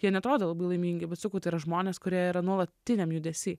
jie neatrodo labai laimingi bet sakau tai yra žmonės kurie yra nuolatiniam judesy